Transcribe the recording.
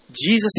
Jesus